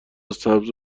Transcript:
سبز